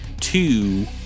two